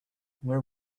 where